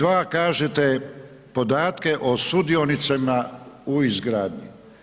2. kažete podatke o sudionicima u izgradnji.